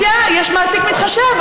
לה יש מעסיק מתחשב,